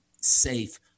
safe